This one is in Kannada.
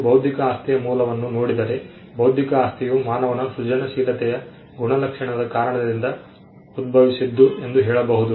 ನೀವು ಬೌದ್ಧಿಕ ಆಸ್ತಿಯ ಮೂಲವನ್ನು ನೋಡಿದರೆ ಬೌದ್ಧಿಕ ಆಸ್ತಿಯು ಮಾನವನ ಸೃಜನಶೀಲತೆಯ ಗುಣಲಕ್ಷಣದ ಕಾರಣದಿಂದ ಉದ್ಭವಿಸಿದ್ದು ಎಂದು ಹೇಳಬಹುದು